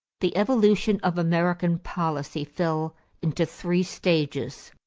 the evolution of american policy fell into three stages.